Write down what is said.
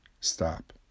Stop